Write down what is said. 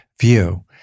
view